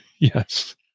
Yes